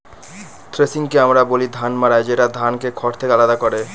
থ্রেশিংকে আমরা বলি ধান মাড়াই যেটা ধানকে খড় থেকে আলাদা করে